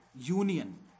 union